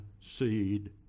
seed